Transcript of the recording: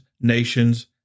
nations